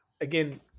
again